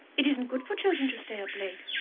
it isn't good for children to stay up late.